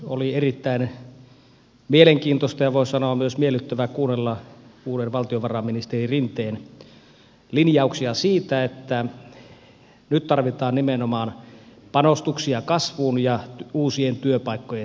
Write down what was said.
oli erittäin mielenkiintoista ja voin sanoa myös miellyttävää kuunnella uuden valtiovarainministerin rinteen linjauksia siitä että nyt tarvitaan nimenomaan panostuksia kasvuun ja uusien työpaikkojen syntymiseen